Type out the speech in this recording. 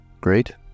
great